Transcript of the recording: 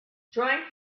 drawing